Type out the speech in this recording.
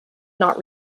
not